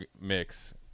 mix